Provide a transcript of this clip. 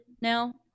now